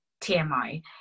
TMI